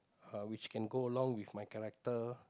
uh which can go along with my character